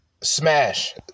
smash